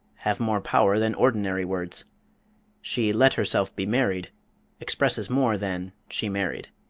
have more power than ordinary words she let herself be married expresses more than she married.